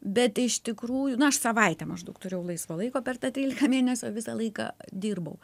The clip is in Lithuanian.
bet iš tikrųjų na aš savaitę maždaug turėjau laisvo laiko per tą trylika mėnesių o visą laiką dirbau